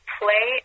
play